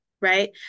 right